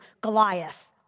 Goliath